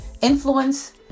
Influence